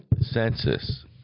census